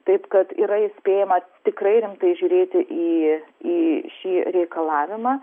taip kad yra įspėjama tikrai rimtai žiūrėti į į šį reikalavimą